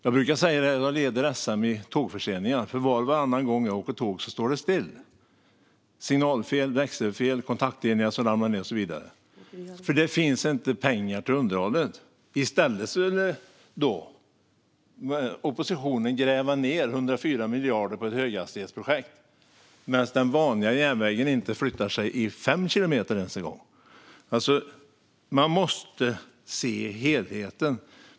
Jag brukar säga att jag leder SM i tågförseningar, för var och varannan gång jag åker tåg står det still. Det är signalfel, växelfel, kontaktledningar som ramlat ned och så vidare. Det finns nämligen inte pengar till underhåll. I stället skulle oppositionen gräva ned 104 miljarder i ett höghastighetsprojekt, medan den vanliga järnvägen inte flyttar sig i ens fem kilometer i timmen. Man måste se helheten.